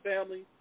family